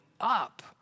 up